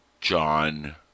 John